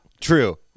True